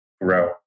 Grow